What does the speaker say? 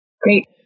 Great